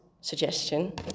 suggestion